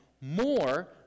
more